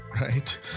right